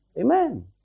Amen